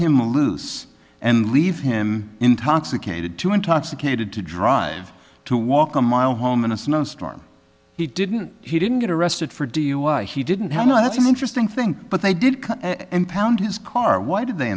him loose and leave him intoxicated too intoxicated to drive to walk a mile home in a snowstorm he didn't he didn't get arrested for dui he didn't have no that's an interesting thing but they did impound his car why did they